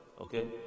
okay